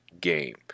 game